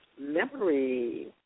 memory